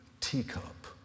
teacup